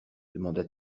demanda